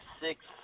six